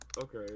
okay